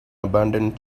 abandoned